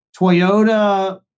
Toyota